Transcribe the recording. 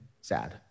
sad